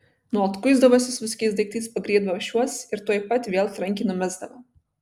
nuolat kuisdavosi su visokiais daiktais pagriebdavo šiuos ir tuoj pat vėl trankiai numesdavo